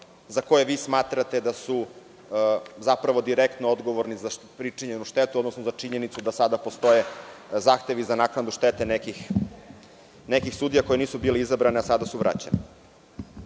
za koje vi smatrate da su zapravo direktno odgovorni za pričinjenu štetu, odnosno za činjenicu da sada postoje zahtevi za naknadu štete nekih sudija koji nisu bili izabrani a sada su vraćeni.